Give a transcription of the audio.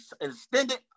extended